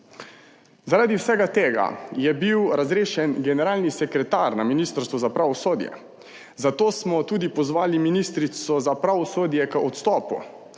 Zaradi vsega tega je bil razrešen generalni sekretar na Ministrstvu za pravosodje, zato smo tudi pozvali ministrico za pravosodje k odstopu,